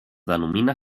denomina